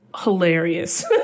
hilarious